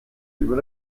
über